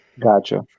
Gotcha